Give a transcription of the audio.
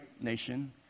nation